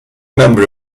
member